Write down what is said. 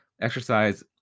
exercise